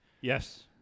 Yes